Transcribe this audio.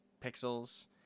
pixels